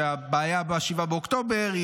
שהבעיה ב-7 באוקטובר,